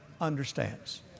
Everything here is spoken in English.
understands